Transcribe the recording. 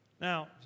Now